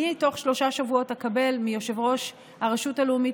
אני בתוך שלושה שבועות אקבל מיושב-ראש הרשות הלאומית